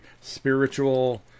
spiritual